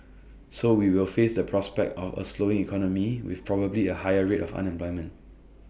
so we will face the prospect of A slowing economy with probably A higher rate of unemployment